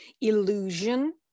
illusion